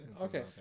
okay